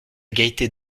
gaieté